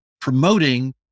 promoting